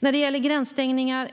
När det gäller gränsstängningar